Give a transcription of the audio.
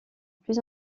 plus